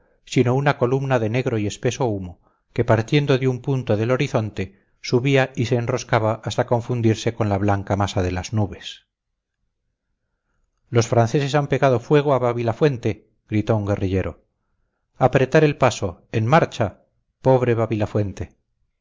sino una columna de negro y espeso humo que partiendo de un punto del horizonte subía y se enroscaba hasta confundirse con la blanca masa de las nubes los franceses han pegado fuego a babilafuente gritó un guerrillero apretar el paso en marcha pobre